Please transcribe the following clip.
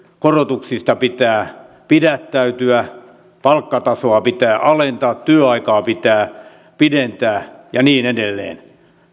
korotuksista pitää pidättäytyä palkkatasoa pitää alentaa työaikaa pitää pidentää ja niin edelleen